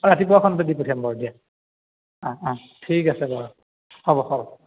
ৰাতিপুৱাখনতে দি পঠিয়াম বাৰু দিয়া অঁ অঁ ঠিক আছে বাৰু হ'ব হ'ব